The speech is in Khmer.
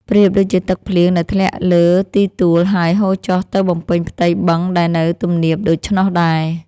ប្រៀបដូចជាទឹកភ្លៀងដែលធ្លាក់លើទីទួល ហើយហូរចុះទៅបំពេញផ្ទៃបឹងដែលនៅទំនាបដូច្នោះដែរ។